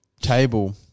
table